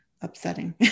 upsetting